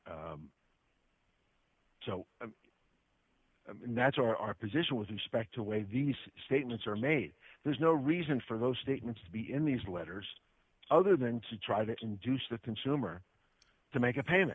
the so that's our position with respect to way these statements are made there's no reason for those statements to be in these letters other than to try to induce the consumer to make a payment